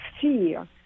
fear